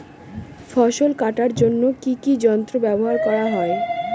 ফসল কাটার জন্য কি কি যন্ত্র ব্যাবহার করা হয়?